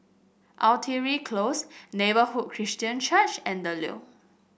Artillery Close Neighbourhood Christian Church and The Leo